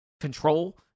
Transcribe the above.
control